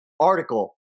article